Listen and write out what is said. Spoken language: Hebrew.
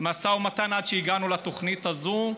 משא ומתן עד שהגענו לתוכנית הזאת.